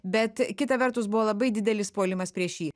bet kita vertus buvo labai didelis puolimas prieš jį